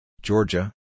Georgia